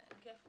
זה נכון